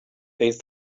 eight